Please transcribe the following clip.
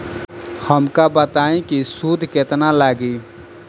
हमका बताई कि सूद केतना लागी?